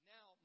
Now